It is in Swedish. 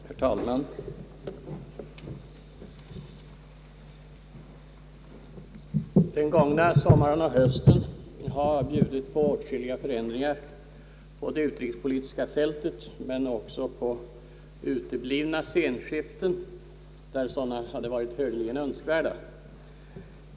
Herr talman! Den gångna sommaren och hösten har bjudit på åtskilliga förändringar på det utrikespolitiska fältet men också på uteblivna scenskiften, där sådana hade varit högeligen önskvärda.